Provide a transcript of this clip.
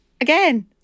again